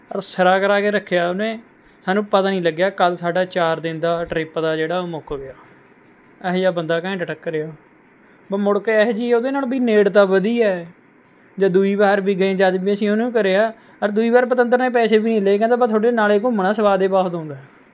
ਔਰ ਸਿਰਾ ਕਰਾ ਕੇ ਰੱਖਿਆ ਉਹਨੇ ਸਾਨੂੰ ਪਤਾ ਨਹੀਂ ਲੱਗਿਆ ਕਦੋਂ ਸਾਡਾ ਚਾਰ ਦਿਨ ਦਾ ਟਰਿੱਪ ਤਾ ਜਿਹੜਾ ਮੁੱਕ ਗਿਆ ਇਹੋ ਜਿਹਾ ਬੰਦਾ ਘੈਂਟ ਟੱਕਰਿਆ ਬ ਮੁੜ ਕੇ ਇਹੋ ਜਿਹੀ ਉਹਦੇ ਨਾਲ ਵੀ ਨੇੜਤਾ ਵਧੀ ਹੈ ਜਾਂ ਦੂਈ ਵਾਰ ਵੀ ਗਏ ਜਦ ਵੀ ਅਸੀਂ ਉਹਨੂੰ ਕਰਿਆ ਔਰ ਦੂਈ ਵਾਰ ਪਤੰਦਰ ਨੇ ਪੈਸੇ ਵੀ ਨਹੀਂ ਲਏ ਕਹਿੰਦਾ ਬ ਤੁਹਾਡੇ ਨਾਲੇ ਘੁੰਮਣਾ ਸਵਾਦ ਏ ਬਹੁਤ ਆਉਂਦਾ